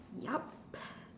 yup